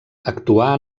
actuà